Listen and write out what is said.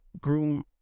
groom